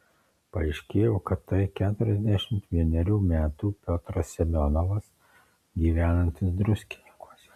paaiškėjo kad tai keturiasdešimt vienerių metų piotras semionovas gyvenantis druskininkuose